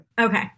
Okay